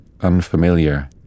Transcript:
unfamiliar